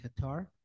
Qatar